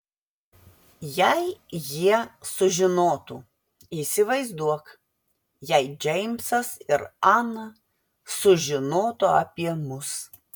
jei jie sužinotų įsivaizduok jei džeimsas ir ana sužinotų apie mus